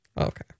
Okay